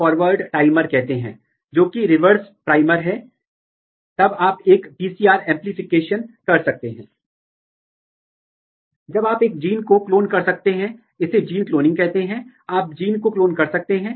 यह स्पेक्ट्रोस्कोपी और उसके बाद पुल डाउन करने का उदाहरण है मैं विस्तार में नहीं जाऊंगा लेकिन मैं यहां क्यों बताना चाहता हूं कि आप वैश्विक स्तर पर इंटरेक्शन का अध्ययन कर सकते हैं